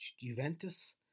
Juventus